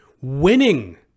Winning